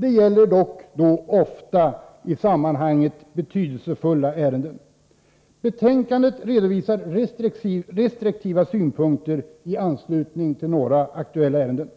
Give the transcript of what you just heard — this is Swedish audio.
Det gäller dock ofta i sammanhanget betydelsefulla ärenden. Betänkandet redovisar restriktiva synpunkter i anslutning till några aktuella ärenden.